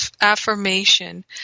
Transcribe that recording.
affirmation